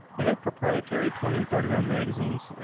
they have proprietary twenty and thirty round magazines.